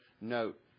note